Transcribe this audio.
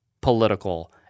political